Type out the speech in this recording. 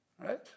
Right